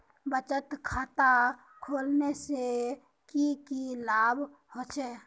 बचत खाता खोलने से की की लाभ होचे?